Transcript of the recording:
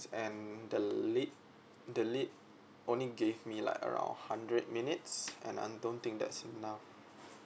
and the lead the lead only gave me like around hundred minutes and I don't think that's enough